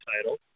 title